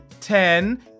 ten